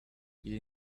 you